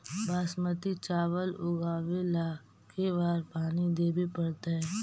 बासमती चावल उगावेला के बार पानी देवे पड़तै?